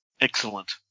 Excellent